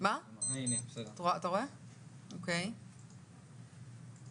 אני דווקא רוצה להציע